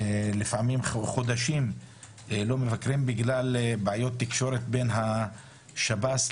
לפעמים חודשים לא מבקרים בגלל בעיות תקשורת בין השב"ס